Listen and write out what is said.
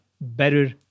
better